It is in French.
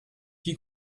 qui